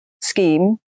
scheme